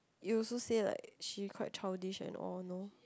you also say like she quite childish and all no